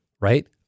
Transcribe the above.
right